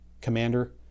Commander